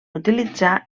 utilitzar